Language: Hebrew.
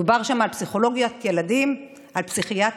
דובר שם על פסיכולוגיית ילדים, על פסיכיאטריה.